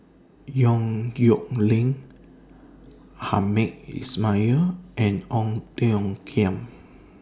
Yong Nyuk Lin Hamed Ismail and Ong Tiong Khiam